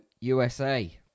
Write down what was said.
USA